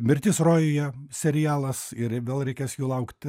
mirtis rojuje serialas ir vėl reikės jo laukti